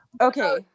okay